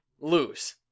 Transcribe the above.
Lose